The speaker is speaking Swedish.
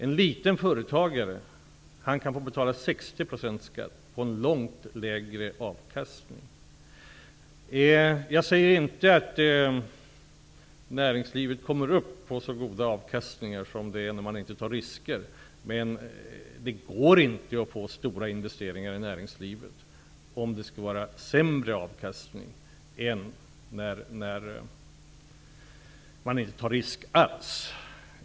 En liten företagare kan få betala 60 % i skatt på en långt lägre avkastning. Jag säger inte att näringslivet kommer upp till så goda avkastningar som det är när man inte tar risker, men det går inte att få stora investeringar i näringslivet om det skall vara sämre avkastning än när man inte tar risk alls.